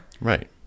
Right